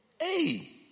Hey